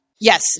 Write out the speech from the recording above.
Yes